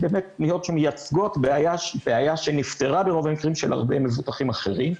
באמת פניות שמייצגות בעיה שנפתרה ברוב המקרים של הרבה מבוטחים אחרים.